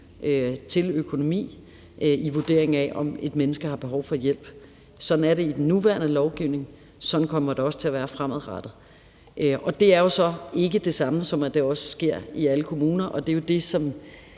til økonomi i vurderingen af, om et menneske har behov for hjælp. Sådan er det i den nuværende lovgivning, og sådan kommer det også til at være fremadrettet. Det er jo så ikke det samme som, at det også sker i alle kommuner. Det er jo det, som